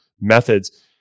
methods